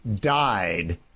died